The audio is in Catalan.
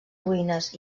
ruïnes